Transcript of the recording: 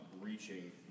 reaching